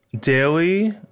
daily